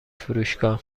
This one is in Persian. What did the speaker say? فروشگاه